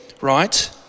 right